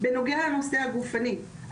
בנוגע לנושא הגופני,